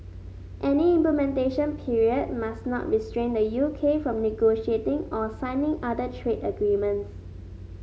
any implementation period must not restrain the U K from negotiating or signing other trade agreements